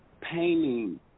painting